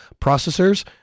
processors